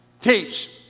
Teach